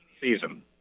season